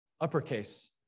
uppercase